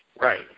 Right